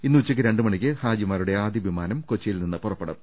ഇന്ന് ഉച്ചയ്ക്ക് രണ്ടുമണിയ്ക്ക് ഹാജിമാരുടെ ആദ്യ വിമാനം കൊച്ചി യിൽനിന്ന് പുറപ്പെടും